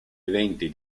eventi